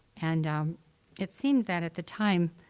and it seemed that, at the time,